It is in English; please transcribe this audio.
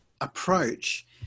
approach